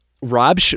Rob